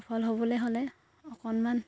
সফল হ'বলে হ'লে অকণমান